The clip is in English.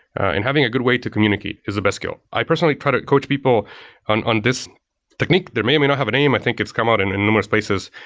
and having a good way to communicate is the best skill. i personally try to coach people on on this technique. they may or may may not have a name. i think it's come out in in numerous places,